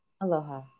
Aloha